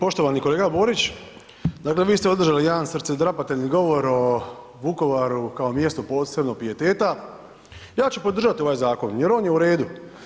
Poštovani kolega Borić, dakle vi ste održali jedan srcedrapateljni govor o Vukovaru kao mjestu posebnog pijeteta, ja ću podržati ovaj Zakon, jer on je u redu.